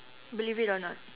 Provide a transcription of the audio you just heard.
believe it or not